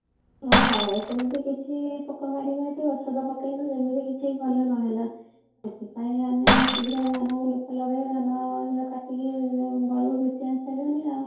ହଁ ଆମର ସେମିତି କିଛି ପୋକ ମାରିବା ହେତୁ ଔଷଧ ପକେଇଲୁ ଯେମିତି କିଛି ଭଲ ନହେଲା ସେଥିପାଇଁ ଆମେ ଶୀଘ୍ର ଧାନକୁ ଲୋକ ଲଗେଇ ଧାନ କାଟିକି ଘରକୁ ଘିତି ଆଣିସାରିଲୁଣି ଆଉ